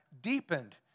deepened